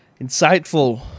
insightful